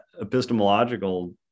epistemological